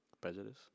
Prejudice